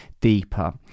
deeper